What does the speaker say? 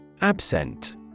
Absent